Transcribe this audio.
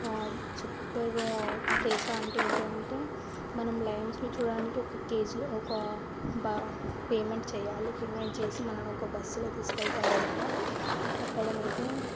చుట్టూరు అంటే ఏంటి అంటే మనం లైన్స్ని చూడడానికి ఒక కేజ్లో ఒక పేమెంట్ చేయాలి పేమెంట్ చేసి మనల్నిఒక బస్సులో తీసుకెళ్తారన్నమాట అక్కడ అయితే